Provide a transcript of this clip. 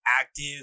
active